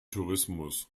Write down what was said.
tourismus